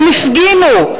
הם הפגינו.